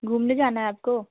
घूमने जाना है आपको